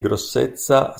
grossezza